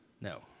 No